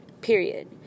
Period